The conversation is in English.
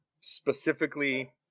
specifically